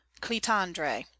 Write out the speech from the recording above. Clitandre